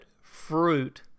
fruit